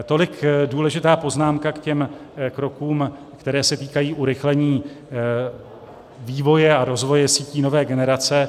Tolik důležitá poznámka k těm krokům, které se týkají urychlení vývoje a rozvoje sítí nové generace.